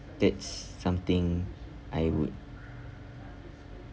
that's something I would